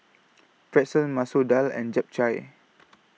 Pretzel Masoor Dal and Japchae